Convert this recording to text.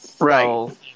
right